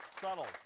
subtle